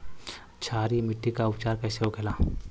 क्षारीय मिट्टी का उपचार कैसे होखे ला?